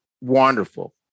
wonderful